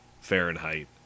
Fahrenheit